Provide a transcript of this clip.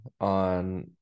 on –